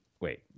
wait